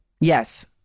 Yes